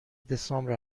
دسامبر